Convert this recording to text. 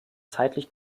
zeitlich